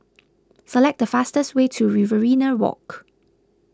select the fastest way to Riverina Walk